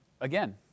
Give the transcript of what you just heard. Again